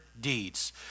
deeds